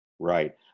Right